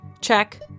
Check